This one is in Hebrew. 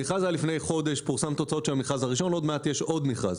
המכרז הראשון ועוד מעט יש עוד מכרז.